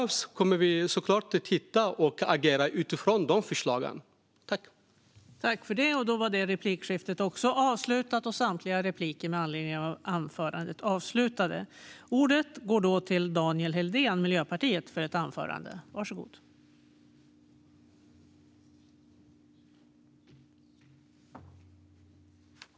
Vi kommer såklart att titta på och agera utifrån förslagen om vad som behövs.